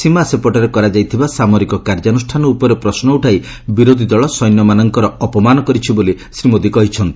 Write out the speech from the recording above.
ସୀମା ସେପଟରେ କରାଯାଇଥିବା ସାମରିକ କାର୍ଯ୍ୟାନୁଷ୍ଠାନ ଉପରେ ପ୍ରଶ୍ନ ଉଠାଇ ବିରୋଧୀ ଦଳ ସୈନ୍ୟମାନଙ୍କର ଅପମାନ କରିଛି ବୋଲି ଶ୍ରୀ ମୋଦି କହିଛନ୍ତି